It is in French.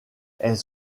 elles